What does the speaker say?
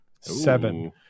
Seven